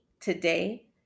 today